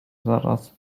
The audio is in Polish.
zaraz